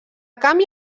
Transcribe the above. canvi